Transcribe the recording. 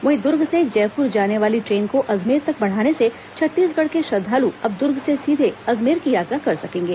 वहीं दुर्ग से जयपुर जाने वाली ट्रेन को अजमेर तक बढ़ाने से छत्तीसगढ़ के श्रद्वालु अब दुर्ग से सीधे अजमेर की यात्रा कर सकेंगे